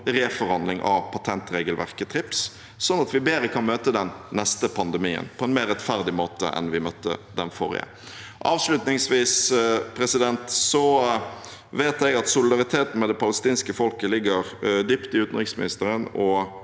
om reforhandling av patentregelverket TRIPS, sånn at vi bedre kan møte den neste pandemien på en mer rettferdig måte enn vi møtte den forrige. Avslutningsvis: Jeg vet at solidaritet med det palestinske folket ligger dypt hos utenriksministeren